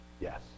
Yes